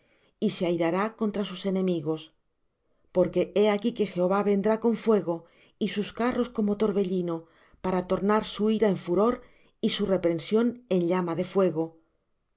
y se airará contra sus enemigos porque he aquí que jehová vendrá con fuego y sus carros como torbellino para tornar su ira en furor y su reprensión en llama de fuego